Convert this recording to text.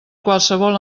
qualsevol